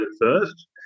first